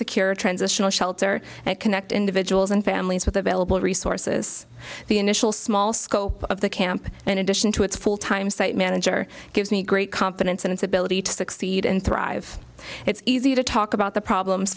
secure transitional shelter and connect individuals and families with available resources the initial small scope of the camp in addition to its full time site manager gives me great confidence in its ability to succeed and thrive it's easy to talk about the problems